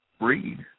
read